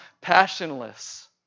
passionless